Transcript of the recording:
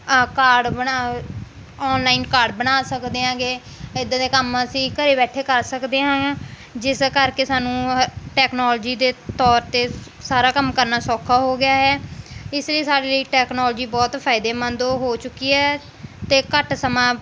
card ਬਣਾ online card ਬਣਾ ਸਕਦੇ ਹਾਂਗੇ ਇੱਦਾਂ ਦੇ ਕੰਮ ਅਸੀਂ ਘਰ ਬੈਠੇ ਕਰ ਸਕਦੇ ਹਾਂ ਜਿਸ ਕਰਕੇ ਸਾਨੂੰ ਇਹ ਟੈਕਨੋਲੋਜੀ ਦੇ ਤੌਰ 'ਤੇ ਸ ਸਾਰਾ ਕੰਮ ਕਰਨਾ ਸੌਖਾ ਹੋ ਗਿਆ ਹੈ ਇਸ ਲਈ ਸਾਡੇ ਲਈ ਟੈਕਨੋਲੋਜੀ ਬਹੁਤ ਫ਼ਾਇਦੇਮੰਦ ਹੋ ਚੁੱਕੀ ਹੈ ਅਤੇ ਘੱਟ ਸਮਾਂ